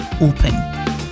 open